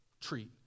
treat